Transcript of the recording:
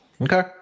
Okay